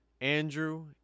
Andrew